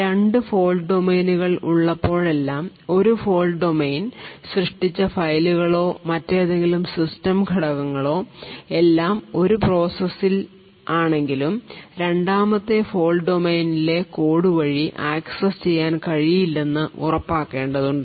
രണ്ട് ഫോൾട് ഡൊമെയ്നുകൾ ഉള്ളപ്പോഴെല്ലാം ഒരു ഫോൾട് ഡൊമെയ്ൻ സൃഷ്ടിച്ച ഫയലുകളോ മറ്റേതെങ്കിലും സിസ്റ്റം ഘടകങ്ങളോ എല്ലാം ഒരേ പ്രോസസ്സിൽ ആണെങ്കിലും രണ്ടാമത്തെ ഫോൾട് ഡൊമെയ്നിലെ കോഡ് വഴി ആക്സസ് ചെയ്യാൻ കഴിയില്ലെന്ന് ഉറപ്പാക്കേണ്ടതുണ്ട്